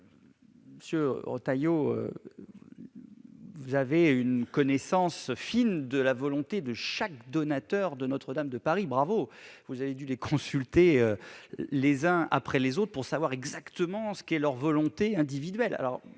Monsieur Retailleau, vous avez une connaissance très fine de la volonté de chaque donateur de Notre-Dame de Paris. Bravo ! Vous avez dû les consulter les uns après les autres pour savoir exactement quelle était leur volonté individuelle